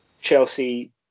Chelsea